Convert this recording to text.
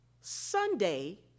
Sunday